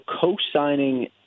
co-signing